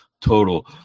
total